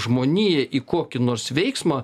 žmoniją į kokį nors veiksmą